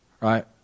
Right